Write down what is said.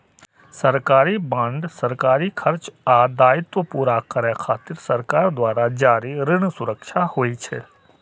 सरकारी बांड सरकारी खर्च आ दायित्व पूरा करै खातिर सरकार द्वारा जारी ऋण सुरक्षा होइ छै